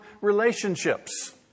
relationships